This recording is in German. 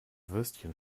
würstchen